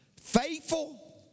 Faithful